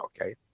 okay